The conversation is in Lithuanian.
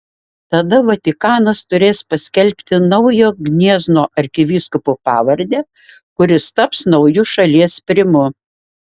tada vatikanas turės paskelbti naujo gniezno arkivyskupo pavardę kuris taps nauju šalies primu